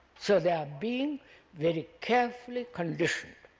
so they are being very carefully conditioned